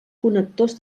connectors